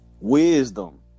wisdom